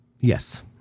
Yes